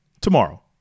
tomorrow